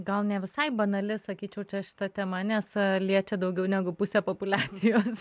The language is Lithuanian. gal ne visai banali sakyčiau čia šita tema nes liečia daugiau negu pusę populiacijos